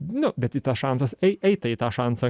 nu bet į tą šansas ei ei eita į tą šansą